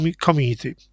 community